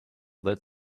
that